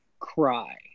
cry